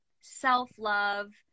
self-love